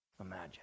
imagine